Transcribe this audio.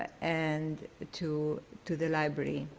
and to to the library.